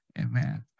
Amen